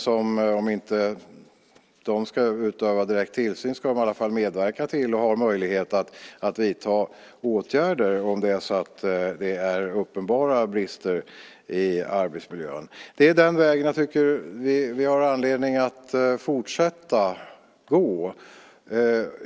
Även om skyddsombuden inte direkt utövar tillsyn ska de dock medverka till, och har också möjlighet, att vidta åtgärder om det finns uppenbara brister i arbetsmiljön. Det är den vägen jag tycker vi har anledning att fortsätta att gå.